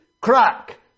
crack